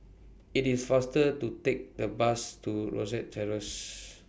IT IS faster to Take The Bus to Rosyth Terrace